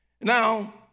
Now